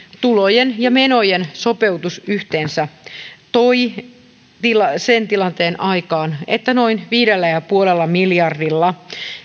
tulojen ja menojen sopeutus yhteensä sai sen tilanteen aikaan että noin viidellä pilkku viidellä miljardilla